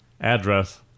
address